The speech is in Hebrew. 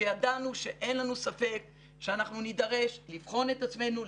שידענו שאין לנו ספק שאנחנו נידרש לבחון את עצמנו,